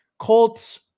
Colts